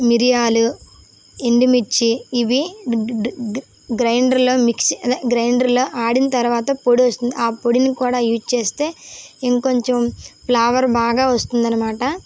మిర్యాలు ఎండు మిర్చి ఇవి గ్రైండర్లో మిక్స్ అదే గ్రైండర్లో ఆడిన తరువాత పొడి వస్తుంది ఆ పొడిని కూడా యూజ్ చేస్తే ఇంకొంచెం ఫ్లేవర్ బాగా వస్తుందన్నమాట